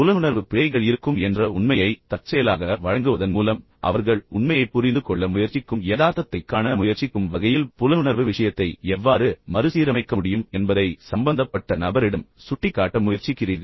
புலனுணர்வு பிழைகள் இருக்கும் என்ற உண்மையை தற்செயலாக வழங்குவதன் மூலம் அவர்கள் உண்மையைப் புரிந்துகொள்ள முயற்சிக்கும் யதார்த்தத்தைக் காண முயற்சிக்கும் வகையில் புலனுணர்வு விஷயத்தை எவ்வாறு மறுசீரமைக்க முடியும் என்பதை சம்பந்தப்பட்ட நபரிடம் சுட்டிக்காட்ட முயற்சிக்கிறீர்கள்